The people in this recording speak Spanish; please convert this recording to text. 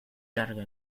carga